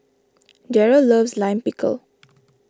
Darrel loves Lime Pickle